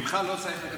ממך לא צריך לקצץ.